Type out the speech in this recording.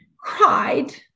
cried